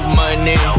money